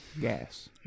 Gas